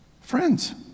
Friends